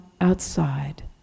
outside